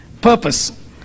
purpose